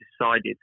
decided